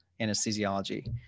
anesthesiology